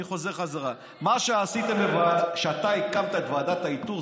אני חוזר בחזרה: מה שעשיתם כשאתה הקמת את ועדת האיתור,